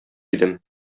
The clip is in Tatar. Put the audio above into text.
идем